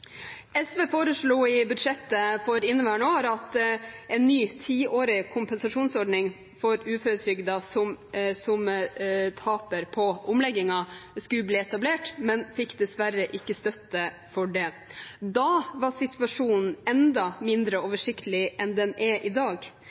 SV foreslo i budsjettet for inneværende år at en ny tiårig kompensasjonsordning for uføretrygdede som taper på omleggingen, skulle bli etablert, men fikk dessverre ikke støtte for det. Da var situasjonen enda mindre oversiktlig enn den er i dag.